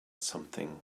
something